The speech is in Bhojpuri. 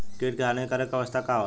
कीट क हानिकारक अवस्था का होला?